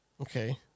Okay